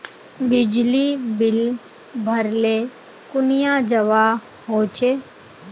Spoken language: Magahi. बिजली बिल भरले कुनियाँ जवा होचे?